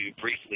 briefly